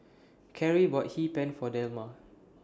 Karie bought Hee Pan For Delma